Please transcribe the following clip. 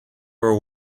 are